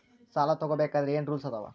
ಸಾಲ ತಗೋ ಬೇಕಾದ್ರೆ ಏನ್ ರೂಲ್ಸ್ ಅದಾವ?